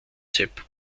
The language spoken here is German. sepp